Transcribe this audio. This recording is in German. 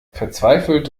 verzweifelt